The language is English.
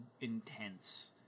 intense